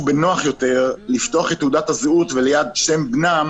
נוח יותר לפתוח את תעודת הזהות וליד שם בנם